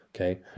Okay